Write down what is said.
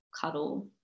cuddle